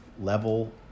level